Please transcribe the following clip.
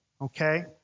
okay